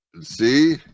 See